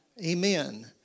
Amen